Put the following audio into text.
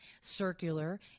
circular